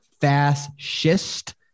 fascist